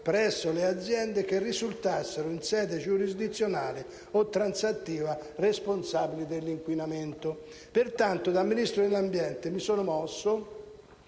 presso le aziende che risultassero, in sede giurisdizionale o transattiva responsabili dell'inquinamento». Pertanto, da Ministro dell'ambiente mi sono mosso,